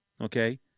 okay